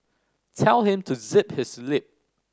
tell him to zip his lip